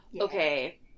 Okay